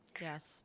Yes